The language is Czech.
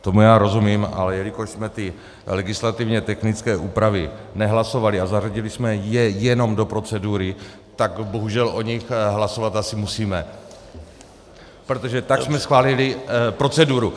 Tomu já rozumím, ale jelikož jsme ty legislativně technické úpravy nehlasovali a zařadili jsme je jenom do procedury, tak bohužel o nich hlasovat asi musíme, protože tak jsme schválili proceduru.